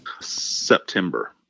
September